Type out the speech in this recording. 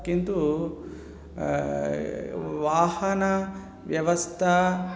किन्तु वाहनव्यवस्था